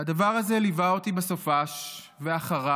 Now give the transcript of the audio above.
והדבר הזה ליווה אותי בסופ"ש ואחריו,